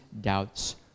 doubts